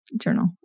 journal